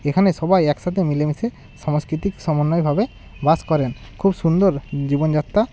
এখানে সবাই একসাথে মিলেমিশে সাংস্কৃতিক সমন্বয়ভাবে বাস করেন খুব সুন্দর জীবনযাত্রা